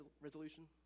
resolution